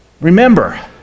Remember